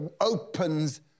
opens